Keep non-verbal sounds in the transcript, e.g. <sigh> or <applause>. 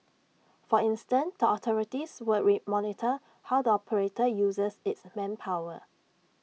for instance tall authorities will <unintelligible> monitor how the operator uses its manpower